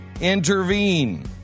intervene